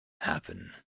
happen